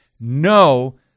No